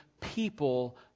people